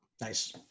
Nice